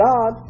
God